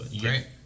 Great